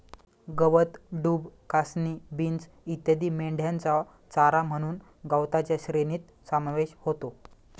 गवत, डूब, कासनी, बीन्स इत्यादी मेंढ्यांचा चारा म्हणून गवताच्या श्रेणीत समावेश होतो